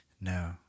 No